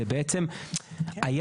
זה בעצם היה,